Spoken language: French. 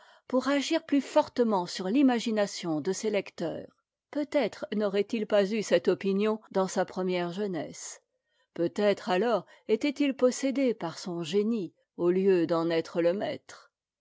pour agir plus fortement sur l'imagination de ses lecteurs peut-être n'aurait-il pas eu cette opinion dans sa première jeunesse peutêtre alors était i possédé par son génie au lieu d'en être le maître